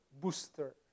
booster